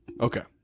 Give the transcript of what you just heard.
Okay